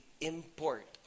import